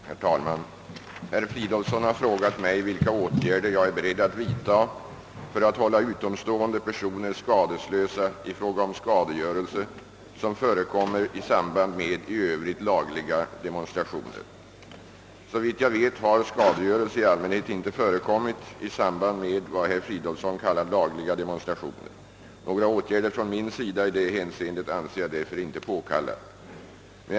Herr talman! Herr Fridolfsson i Stockholm har frågat mig vilka åtgärder jag är beredd att vidta för att hålla utomstående personer skadeslösa i fråga om skadegörelse som förekommer i samband med i övrigt lagliga demonstrationer. Såvitt jag vet har skadegörelse i allmänhet inte förekommit i samband med vad herr Fridolfsson kallar lagliga demonstrationer. Några åtgärder från min sida i det hänseendet anser jag därför inte påkallade.